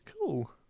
Cool